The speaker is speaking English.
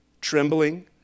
trembling